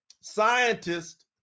scientists